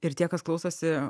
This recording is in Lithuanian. ir tie kas klausosi